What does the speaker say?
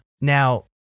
Now